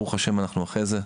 ברוך השם אנחנו אחרי זה.